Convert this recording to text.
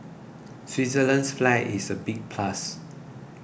Switzerland's flag is a big plus